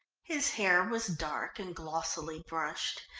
his hair was dark and glossily brushed.